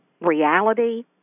reality